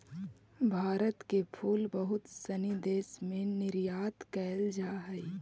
भारत के फूल बहुत सनी देश में निर्यात कैल जा हइ